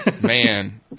Man